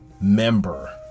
member